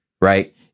right